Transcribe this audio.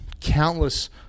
countless